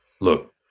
Look